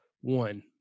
one